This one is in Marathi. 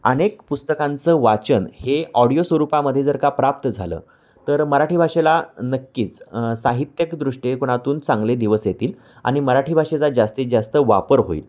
अनेक पुस्तकांचं वाचन हे ऑडिओ स्वरूपामध्ये जर का प्राप्त झालं तर मराठी भाषेला नक्कीच साहित्यक दृष्टीकोनातून चांगले दिवस येतील आणि मराठी भाषेचा जास्तीत जास्त वापर होईल